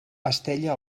estella